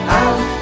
out